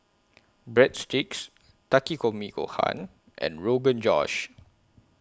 Breadsticks Takikomi Gohan and Rogan Josh